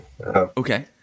Okay